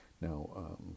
Now